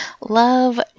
love